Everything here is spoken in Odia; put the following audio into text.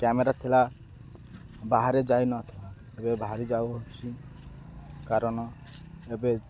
କ୍ୟାମେରା ଥିଲା ବାହାରେ ଯାଇନଥିଲା ଏବେ ବାହାରି ଯାଉଅଛି କାରଣ ଏବେ